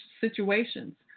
situations